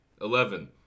Eleven